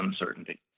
uncertainty